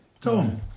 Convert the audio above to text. Tom